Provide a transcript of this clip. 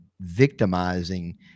victimizing